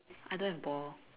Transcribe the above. I don't have ball